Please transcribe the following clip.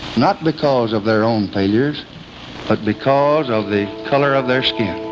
not because of their own failures but because of the colour of their skin.